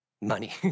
Money